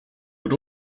but